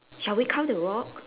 shall we count the rock